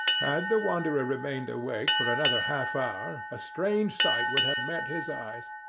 had the wanderer ah remained awake for another half hour a strange sight would have met his eyes.